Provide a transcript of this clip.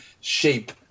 shape